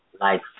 life